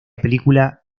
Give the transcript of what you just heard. película